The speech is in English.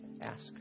ask